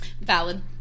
Valid